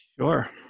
Sure